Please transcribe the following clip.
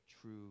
true